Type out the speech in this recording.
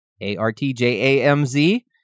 A-R-T-J-A-M-Z